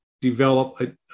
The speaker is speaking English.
develop